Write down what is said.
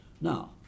Now